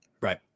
right